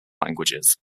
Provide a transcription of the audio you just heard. languages